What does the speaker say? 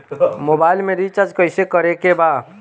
Mobile में recharge कइसे करे के बा?